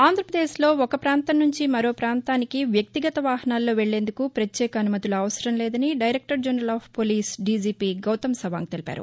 ఆంధ్రప్రదేశ్లో ఒక ప్రాంతం నుంచి మరో ప్రాంతానికి వ్యక్తిగత వాహనాల్లో వెళ్లేందుకు పత్యేక అనుమతులు అవసరం లేదని director general of police DGP Gautam Sawang తెలిపారు